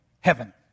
heaven